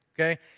okay